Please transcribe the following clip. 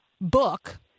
book